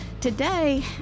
today